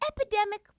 epidemic